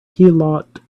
heelot